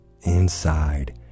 inside